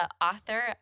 author